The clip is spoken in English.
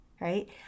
right